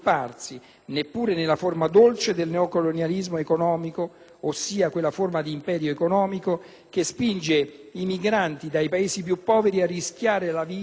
neppure nella forma «dolce» del neocolonialismo economico, ossia quella forma di imperio economico che spinge i migranti dai Paesi più poveri a rischiare la vita